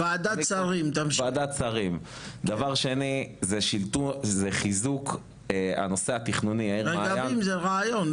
הדבר השני זה חיזוק הנושא התכנוני --- רגבים זה רעיון,